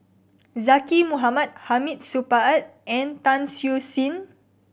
Zaqy Mohamad Hamid Supaat and Tan Siew Sin